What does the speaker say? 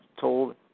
told